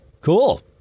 cool